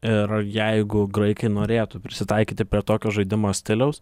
ir jeigu graikai norėtų prisitaikyti prie tokio žaidimo stiliaus